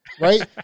right